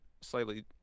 slightly